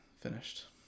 finished